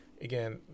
again